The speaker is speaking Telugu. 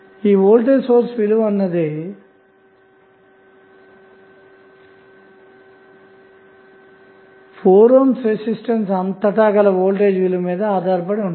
ఈ వోల్టేజ్ సోర్స్ విలువ అన్నది 4 ohmరెసిస్టెన్స్అంతటా గల వోల్టేజ్ విలువ మీద ఆధారపడి ఉంటుంది